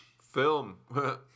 Film